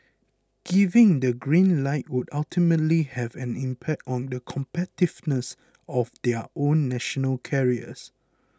giving the green light would ultimately have an impact on the competitiveness of their own national carriers